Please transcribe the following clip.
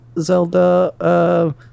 Zelda